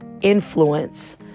influence